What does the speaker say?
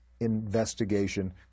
investigation